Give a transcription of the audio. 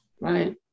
Right